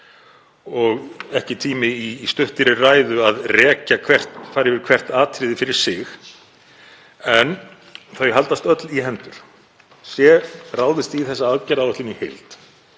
og ekki tími í stuttri ræðu að fara yfir hvert atriði fyrir sig en þau haldast öll í hendur. Sé ráðist í þessa aðgerðaáætlun í heild